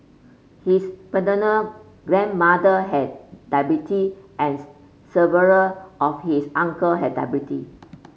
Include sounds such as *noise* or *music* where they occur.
his paternal grandmother had diabetes and *unintelligible* several of his uncle had diabetes